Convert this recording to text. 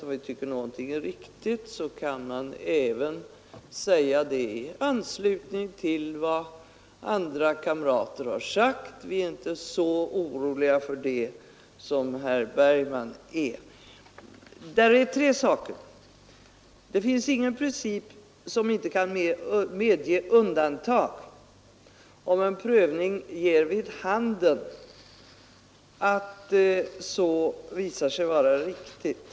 Om vi tycker att någonting är riktigt anser vi att vi kan säga det i anslutning till vad andra kamrater sagt — vi är inte så oroliga för det som herr Bergman tycks vara. Det är tre skäl till att vi hakat på denna reservation: För det första finns det ingen princip som inte kan medge undantag, om en prövning ger vid handen att det är riktigt.